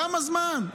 כמה זמן?